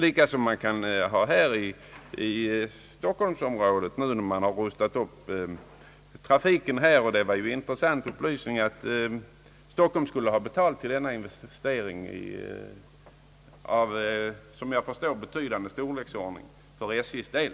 I stockholmsområdet har man ju rustat upp trafiken, och det var intressant att höra att Stockholms stad skulle ha bidragit till denna investering av såvitt jag förstår betydande storleksordning för SJ:s del.